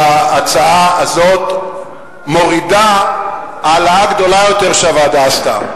וההצעה הזאת מורידה העלאה גדולה יותר שהוועדה עשתה.